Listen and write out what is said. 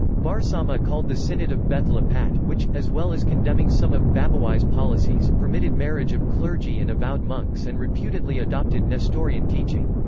barsauma called the synod of beth lapat, which, as well as condemning some of babowai's policies, permitted marriage of clergy and of vowed monks and reputedly adopted nestorian teaching.